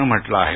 नं म्हटलं आहे